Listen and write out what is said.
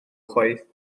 chwaith